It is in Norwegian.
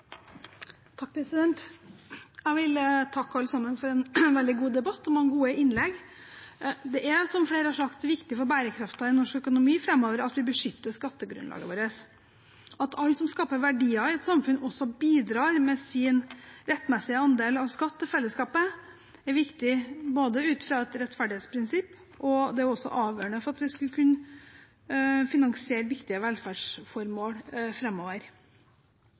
Jeg vil takke alle sammen for en veldig god debatt og mange gode innlegg. Det er, som flere har sagt, viktig for bærekraften i norsk økonomi framover at vi beskytter skattegrunnlaget vårt. At alle som skaper verdier i et samfunn, også bidrar med sin rettmessige andel av skatt til fellesskapet, er viktig ut fra et rettferdighetsprinsipp, men det er også avgjørende for at vi skal kunne finansiere viktige velferdsformål